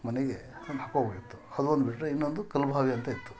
ಮನೆಗೆ ತಂದು ಹಾಕೋಬೇಕಿತ್ತು ಅದೊಂದು ಬಿಟ್ಟರೆ ಇನ್ನೊಂದು ಕಲ್ಲು ಬಾವಿ ಅಂತ ಇತ್ತು